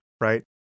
right